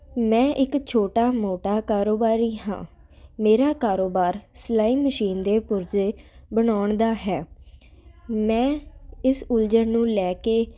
ਮੈਂ ਇੱਕ ਛੋਟਾ ਮੋਟਾ ਕਾਰੋਬਾਰੀ ਹਾਂ ਮੇਰਾ ਕਾਰੋਬਾਰ ਸਿਲਾਈ ਮਸ਼ੀਨ ਦੇ ਪੁਰਜੇ ਬਣਾਉਣ ਦਾ ਹੈ ਮੈਂ ਇਸ ਉਲਝਣ ਨੂੰ ਲੈ ਕੇ